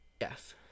Yes